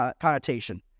connotation